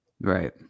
Right